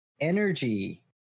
energy